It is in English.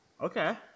Okay